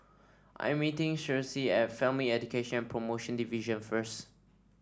I am meeting Cicely at Family Education Promotion Division first